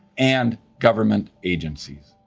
and government agencies.